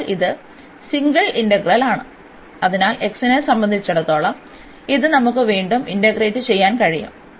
ഇപ്പോൾ ഇത് സിംഗിൾ ഇന്റഗ്രലാണ് അതിനാൽ x നെ സംബന്ധിച്ചിടത്തോളം ഇത് നമുക്ക് വീണ്ടും ഇന്റഗ്രേറ്റ് ചെയ്യാൻ കഴിയും